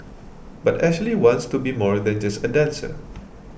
but Ashley wants to be more than just a dancer